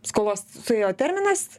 skolos suėjo terminas